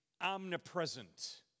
omnipresent